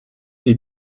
des